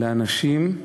לאנשים.